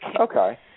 Okay